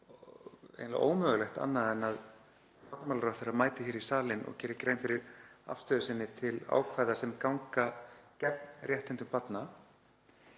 er eiginlega ómögulegt annað en að barnamálaráðherra mæti hér í salinn og geri grein fyrir afstöðu sinni til ákvæða sem ganga gegn réttindum barna,